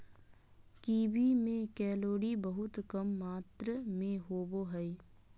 kiwi में calorie बहुत कम मात्र में होबो हइ